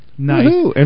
Nice